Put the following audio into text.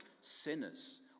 sinners